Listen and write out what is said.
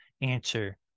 answer